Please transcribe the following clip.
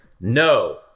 No